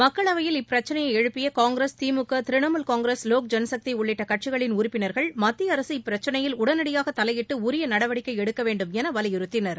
மக்களவையில் இப்பிரச்னையை எழுப்பிய காங்கிரஸ் திமுக திரிணமுல் காங்கிரஸ் வோக் ஜனசக்தி உள்ளிட்ட கட்சிகளின் உறுப்பினர்கள் மத்திய அரசு இப்பிரச்னையில் உடனடியாக தவையிட்டு உரிய நடவடிக்கை எடுக்க வேண்டும் என வலியுறுத்தினர்